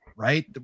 Right